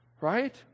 right